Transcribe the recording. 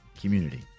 community